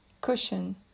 cushion